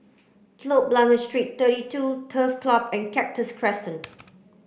Telok Blangah Street thirty two Turf Club and Cactus Crescent